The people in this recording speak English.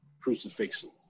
crucifixion